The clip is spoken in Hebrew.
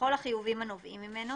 ובכל החיובים הנובעים ממנו